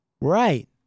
Right